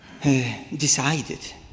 decided